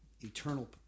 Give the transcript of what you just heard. eternal